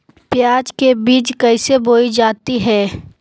प्याज के बीज कैसे बोई जाती हैं?